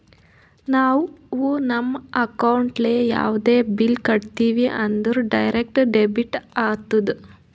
ನಾವು ನಮ್ ಅಕೌಂಟ್ಲೆ ಯಾವುದೇ ಬಿಲ್ ಕಟ್ಟಿವಿ ಅಂದುರ್ ಡೈರೆಕ್ಟ್ ಡೆಬಿಟ್ ಆತ್ತುದ್